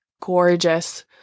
gorgeous